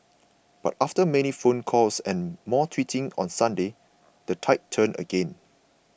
but after many phone calls and more tweeting on Sunday the tide turned again